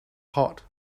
hot